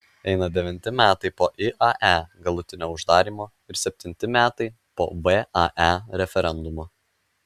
eina devinti metai po iae galutinio uždarymo ir septinti metai po vae referendumo